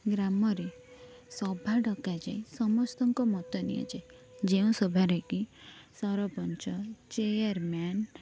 ଗ୍ରାମରେ ସଭା ଡକାଯାଏ ସମସ୍ତଙ୍କ ମତ ନିଆଯାଏ ଯେଉଁ ସଭାରେ କି ସରପଞ୍ଚ ଚେୟାରମ୍ୟାନ